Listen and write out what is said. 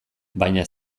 baina